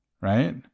Right